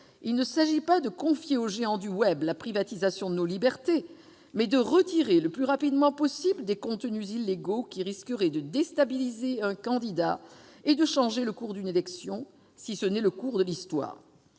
Il ne s'agit pas de confier aux géants du web la privatisation de nos libertés, mais de retirer le plus rapidement possible des contenus illégaux qui risqueraient de déstabiliser un candidat et de changer le cours d'une élection, voire de l'Histoire.